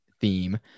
theme